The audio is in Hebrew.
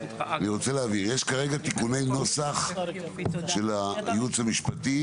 אני רוצה להבהיר יש כרגע תיקוני נוסח של הייעוץ המשפטי